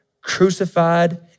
crucified